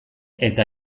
eta